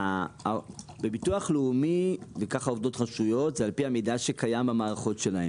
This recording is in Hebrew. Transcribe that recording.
ביטוח לאומי עובד על פי המידע שקיים במערכות שלו.